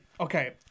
okay